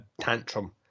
tantrum